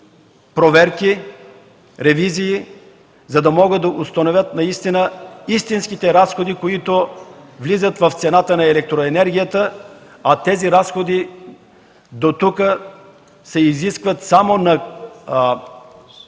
проверки, ревизии, за да могат да установят истинските разходи, които влизат в цената на електроенергията, а тези разходи дотук се изискват само чрез